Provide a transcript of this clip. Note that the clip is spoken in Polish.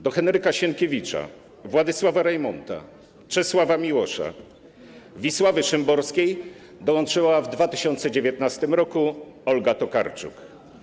Do Henryka Sienkiewicza, Władysława Reymonta, Czesława Miłosza, Wisławy Szymborskiej dołączyła w 2019 roku Olga Tokarczuk.